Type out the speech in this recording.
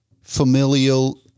familial